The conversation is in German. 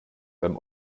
beim